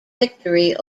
victory